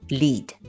lead